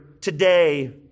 today